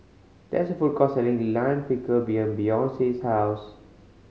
there is a food court selling Lime Pickle behind Beyonce's house